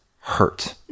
hurt